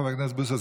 חבר הכנסת בוסו,